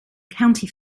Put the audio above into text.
county